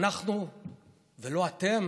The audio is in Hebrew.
אנחנו ולא אתם